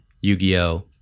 Yu-Gi-Oh